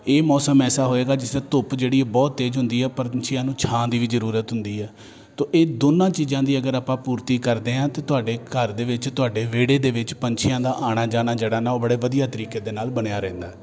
ਇਹ ਮੌਸਮ ਐਸਾ ਹੋਵੇਗਾ ਜਿਸ ਤਰ੍ਹਾਂ ਧੁੱਪ ਜਿਹੜੀ ਬਹੁਤ ਤੇਜ਼ ਹੁੰਦੀ ਹੈ ਪੰਛੀਆਂ ਨੂੰ ਛਾਂ ਦੀ ਵੀ ਜ਼ਰੂਰਤ ਹੁੰਦੀ ਆ ਤੋ ਇਹ ਦੋਨਾਂ ਚੀਜ਼ਾਂ ਦੀ ਅਗਰ ਆਪਾਂ ਪੂਰਤੀ ਕਰਦੇ ਹਾਂ ਤਾਂ ਤੁਹਾਡੇ ਘਰ ਦੇ ਵਿੱਚ ਤੁਹਾਡੇ ਵਿਹੜੇ ਦੇ ਵਿੱਚ ਪੰਛੀਆਂ ਦਾ ਆਉਣਾ ਜਾਣਾ ਜਿਹੜਾ ਨਾ ਉਹ ਬੜੇ ਵਧੀਆ ਤਰੀਕੇ ਦੇ ਨਾਲ ਬਣਿਆ ਰਹਿੰਦਾ